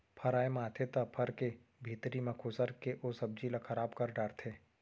फर आए म आथे त फर के भीतरी म खुसर के ओ सब्जी ल खराब कर डारथे